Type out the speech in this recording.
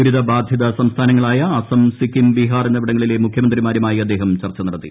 ദുരിത ബാധിത സംസ്ഥാനങ്ങളായ അസം സിക്കിം ബിഹാർ എന്നിവിടങ്ങളിലെ മുഖ്യമന്ത്രിമാരുമായി അദ്ദേഹം ചർച്ച നടത്തി